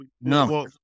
No